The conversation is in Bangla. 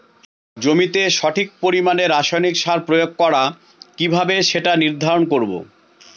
জমিতে সঠিক পরিমাণে রাসায়নিক সার প্রয়োগ করা কিভাবে সেটা নির্ধারণ করব?